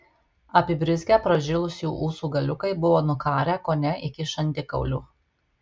apibrizgę pražilusių ūsų galiukai buvo nukarę kone iki žandikaulių